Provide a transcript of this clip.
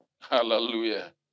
Hallelujah